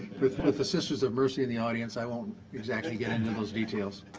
with with the sisters of mercy in the audience i won't exactly get into those details.